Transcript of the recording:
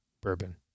bourbon